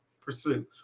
pursue